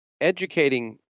educating